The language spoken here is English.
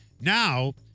Now